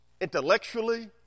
intellectually